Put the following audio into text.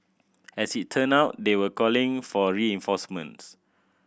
as it turn out they were calling for reinforcements